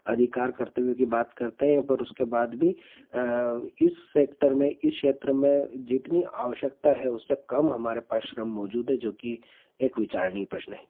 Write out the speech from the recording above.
अधिकार करते हुए की बात करते हैं पर उसके बाद भी इस सेक्टर में इस क्षेत्र में जितनी आवश्यकता है उससे कम हमारे पास श्रम मौजूद है जो कि एक विचारणीय प्रश्न है